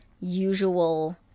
usual